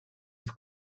with